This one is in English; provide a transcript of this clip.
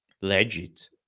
legit